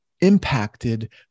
impacted